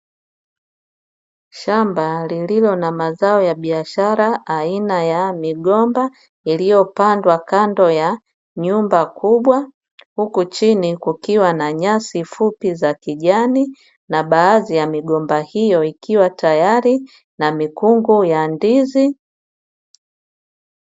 Shamba lililo na mazao ya biashara aina ya migomba, iliyopandwa kando ya nyumba kubwa huku chini ikiwa na nyasi fupi za kijani, huku baadhi ya migomba hiyo ikiwa tayari na mikungu ya ndizi.